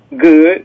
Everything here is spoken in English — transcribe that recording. good